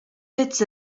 bits